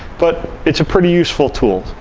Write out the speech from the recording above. but, it's a pretty useful tool.